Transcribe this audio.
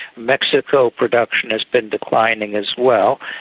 mexico production has been declining as well.